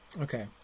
okay